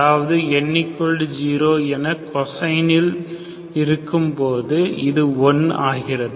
அதாவது n0 என cosine இல் கொடுக்கும்போது இது 1 ஆகிறது